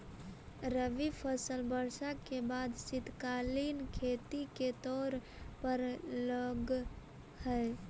रबी फसल वर्षा के बाद शीतकालीन खेती के तौर पर लगऽ हइ